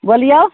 बोलियौ